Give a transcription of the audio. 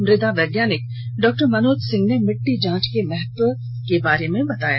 मृदा वैज्ञानिक डॉ मनोज सिंह ने मिट्टी जाँच के महत्व को बताया